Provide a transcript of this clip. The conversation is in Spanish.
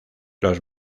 los